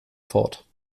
fort